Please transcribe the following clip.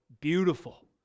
beautiful